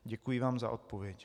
Děkuji vám za odpověď.